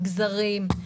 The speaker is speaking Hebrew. מגזרים,